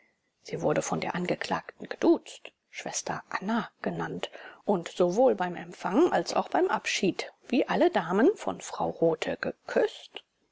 sie wurde von der angeklagten geduzt schwester anna genannt und sowohl beim empfang als auch beim abschied wie alle damen von frau rothe geküßt